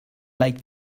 like